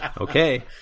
Okay